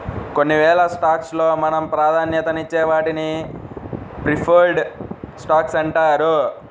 కొన్నివేల స్టాక్స్ లో మనం ప్రాధాన్యతనిచ్చే వాటిని ప్రిఫర్డ్ స్టాక్స్ అంటారు